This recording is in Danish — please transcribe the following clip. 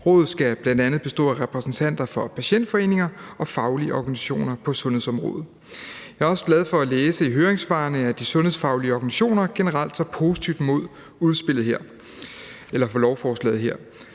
Rådet skal bl.a. bestå af repræsentanter for patientforeninger og faglige organisationer på sundhedsområdet. Jeg er også glad for at læse i høringssvarene, at de sundhedsfaglige organisationer generelt tager positivt imod lovforslaget her.